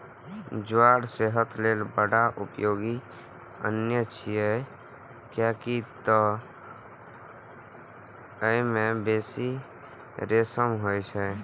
ज्वार सेहत लेल बड़ उपयोगी अन्न छियै, कियैक तं अय मे बेसी रेशा होइ छै